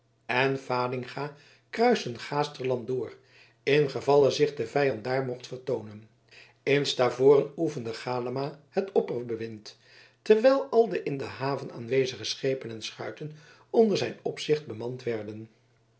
en fadinga kruisten gaasterland door ingevalle zich de vijand daar mocht vertoonen in stavoren oefende galama het opperbewind terwijl al de in de haven aanwezige schepen en schuiten onder zijn opzicht bemand werden